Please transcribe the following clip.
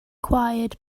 quiet